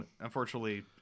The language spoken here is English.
Unfortunately